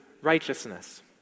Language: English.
righteousness